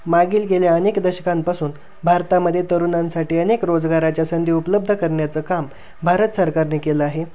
मागील गेल्या अनेक दशकांपासून भारतामध्ये तरुणांसाठी अनेक रोजगाराच्या संधी उपलब्ध करण्याचं काम भारत सरकारने केलं आहे